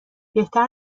بهتر